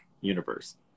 universe